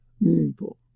meaningful